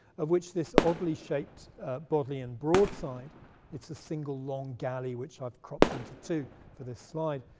of which this oddly shaped bodleian broadside it's a single long galley, which i've cropped into two for this slide,